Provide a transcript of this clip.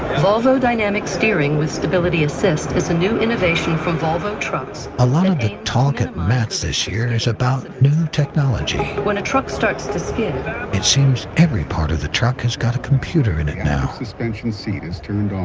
volvo dynamic steering with stability assist is a new innovation from volvo trucks. a lot of the talk at mats this year is about new technology when a truck starts to skid it seems every part of the truck has got a computer in it now suspension seat is turned on.